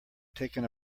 taken